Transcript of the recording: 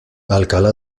alcalá